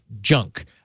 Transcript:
junk